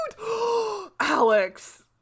Alex